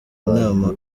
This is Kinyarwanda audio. inama